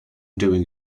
doing